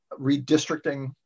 redistricting